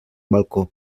balcó